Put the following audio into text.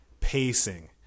Pacing